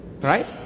right